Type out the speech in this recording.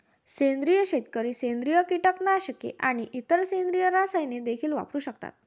सेंद्रिय शेतकरी सेंद्रिय कीटकनाशके आणि इतर सेंद्रिय रसायने देखील वापरू शकतात